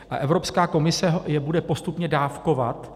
A Evropská komise je bude postupně dávkovat.